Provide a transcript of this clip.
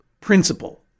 principle